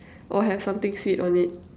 or have something sweet on it